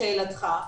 לשאלתך,